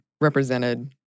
represented